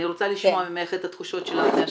אני רוצה לשמוע ממך את התחושות שלך מהשטח.